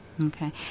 Okay